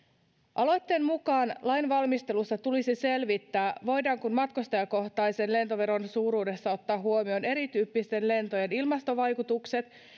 aloitteen mukaan lainvalmistelussa tulisi selvittää voidaanko matkustajakohtaisen lentoveron suuruudessa ottaa huomioon erityyppisten lentojen ilmastovaikutukset